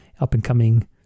up-and-coming